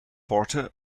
porter